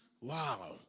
Wow